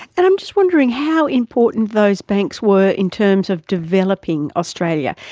and i'm just wondering how important those banks were in terms of developing australia,